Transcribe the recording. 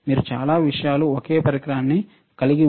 మీరు చాలా విషయాలు ఒకే పరికరాన్ని కలిగి ఉంది